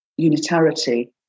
unitarity